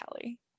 Kelly